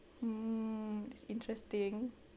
mm that's interesting